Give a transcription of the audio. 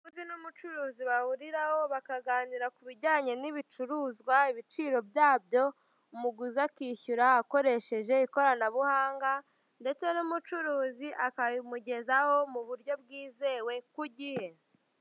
Umuguzi n'umucuruzi bahuhiraho bakaganira ku bijyanye ku bijyanye n'ibiciro byabyo umuguzi akishyura akoresheje ikoranabuhanga ndetse n'umucuruzi akabimugezaho mu buryo bwizewe ku gihe.